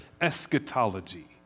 eschatology